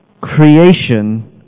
Creation